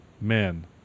Men